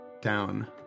down